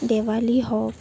দেৱালী হওঁক